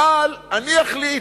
אבל אני אחליט.